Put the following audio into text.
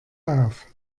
auf